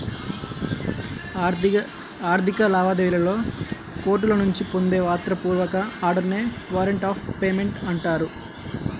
ఆర్థిక లావాదేవీలలో కోర్టుల నుంచి పొందే వ్రాత పూర్వక ఆర్డర్ నే వారెంట్ ఆఫ్ పేమెంట్ అంటారు